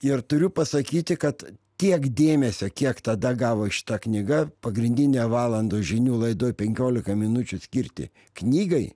ir turiu pasakyti kad tiek dėmesio kiek tada gavo šita knyga pagrindinė valandos žinių laidoj penkiolika minučių skirti knygai